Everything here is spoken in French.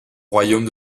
royaume